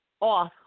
off